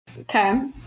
Okay